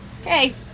Okay